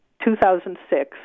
2006